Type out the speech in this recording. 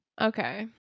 Okay